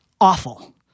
Awful